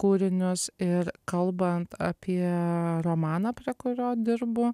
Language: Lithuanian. kūrinius ir kalbant apie romaną prie kurio dirbu